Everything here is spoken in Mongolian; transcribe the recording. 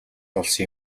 олсон